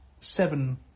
Seven